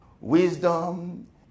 Wisdom